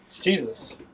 Jesus